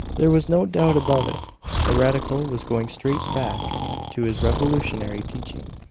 there was no doubt about it the radical was going straight back to his revolutionary teaching.